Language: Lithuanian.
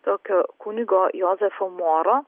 tokio kunigo jozefo moro